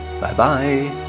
Bye-bye